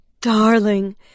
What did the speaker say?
darling